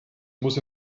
muss